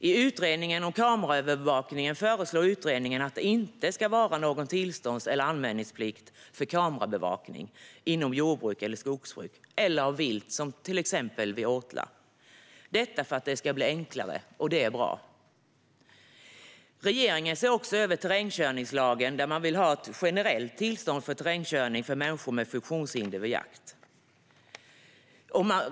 I utredningen om kameraövervakning föreslår utredningen att det inte ska finnas någon tillstånds eller anmälningsplikt för kamerabevakning inom jordbruk eller skogsbruk eller av vilt, till exempel vid åtlar. Anledningen till detta är att det ska bli enklare, och det är bra. Regeringen ser över terrängkörningslagen, där man vill ha ett generellt tillstånd för terrängkörning för människor med funktionsvariationer vid jakt.